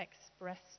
expressed